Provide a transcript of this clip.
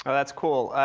ah that's cool,